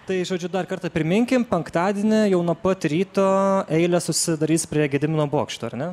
tai žodžiu dar kartą priminkim penktadienį jau nuo pat ryto eilės susidarys prie gedimino bokšto ar ne